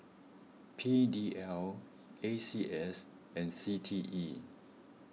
P D L A C S and C T E